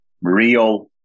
Real